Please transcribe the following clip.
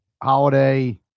Holiday